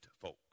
folk